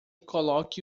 coloque